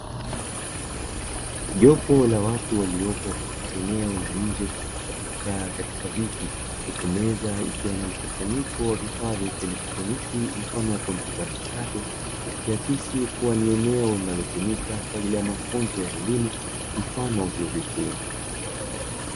Jopo la watu waliopo katika eneo la nje waliokaa katika viti; huku meza ikiwa na mkusanyiko wa vifaa vya kielektroniki mfano wa kompyuta mpakato, ikiakisi kuwa ni eneo linalotumika kwa ajili ya mafunzo ya elimu mfano wa vyuo vikuu.